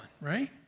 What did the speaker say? right